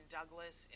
Douglas